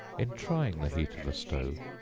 in trying the heat of a stove,